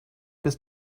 bis